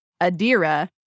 adira